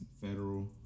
federal